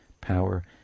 power